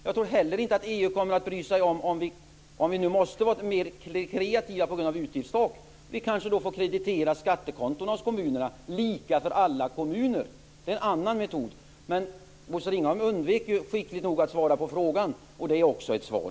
Jag tror inte heller att EU kommer att bry sig om vi krediterar skattekontona hos kommunerna, lika för alla kommuner. Det är en annan metod. Men Bosse Ringholm undvek skickligt att svara på frågan, och det är också ett svar.